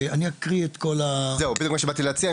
אקריא את כל --- זה מה שבאתי להציע.